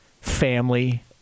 family